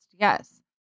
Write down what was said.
Yes